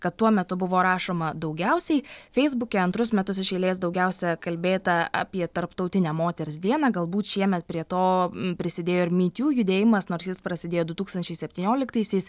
kad tuo metu buvo rašoma daugiausiai feisbuke antrus metus iš eilės daugiausia kalbėta apie tarptautinę moters dieną galbūt šiemet prie to prisidėjo ir me too judėjimas nors jis prasidėjo du tūkstančiai septynioliktaisiais